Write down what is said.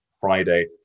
Friday